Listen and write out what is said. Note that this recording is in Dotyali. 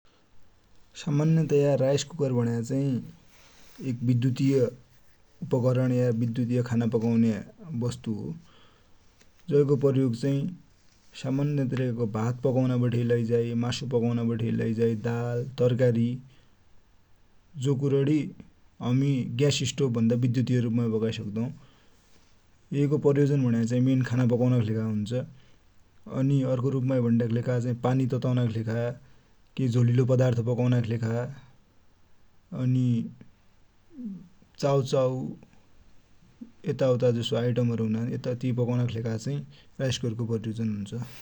सामान्यतया rice cooker भन्याचाइ बिधुतिय उपकरण या बिधुतिय खाना पकौने बस्तु हो। जै को प्रयोग चाइ सामान्य तरिकाको भात पकउने लइझाइ, मासु पकौना बठे लैझाइ दाल, तरकारि जो कुररि हमि ग्यास स्टोभ भन्दा बिधुतिय रुप माइ पकाइसक्दौ। यै को प्रयोजन भनेको चाइ मेन खाना पकौनाकि लेखा हुन्छ, अनि अर्को रुपमाइ भन्दाकिलेखा चाइ पानि तताउनाकि लेखा, केइ झोलिलो पदार्थ पकौनाकि लेखा अनि चाउचाउ यता उता जसो आइटम हरु हुनान तिनि पकाउनाकि लेखा चाइ राइसकुकुर को प्रयोग हुन्छ।